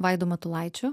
vaidu matulaičiu